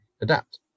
adapt